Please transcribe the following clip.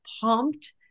pumped